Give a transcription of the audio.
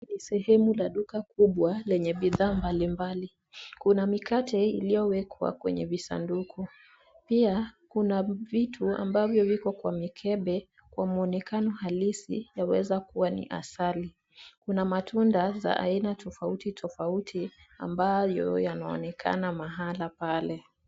Ni sehemu la duka kubwa lenye bidhaa mbalimbali. Kuna mikate iliyowekwa kwenye visanduku. Pia kuna vitu ambavyo viko kwa mikebe kwa mwonekano halisi yaweza kuwa ni asali. Kuna matunda za aina tofauti tofauti ambayo yanaonekana mahala pale.